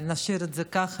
אבל נשאיר את זה ככה.